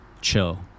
chill